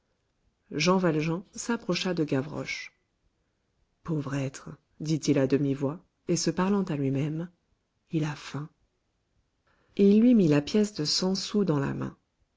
jean valjean s'approcha de gavroche pauvre être dit-il à demi-voix et se parlant à lui-même il a faim et il lui mit la pièce de cent sous dans la main